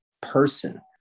person